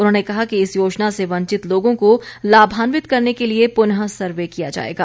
उन्होंने कहा कि इस योजना से वंचित लोगों को लाभान्वित करने के लिए पुनः सर्वे किया जाएगा